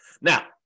Now